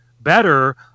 better